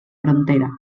frontera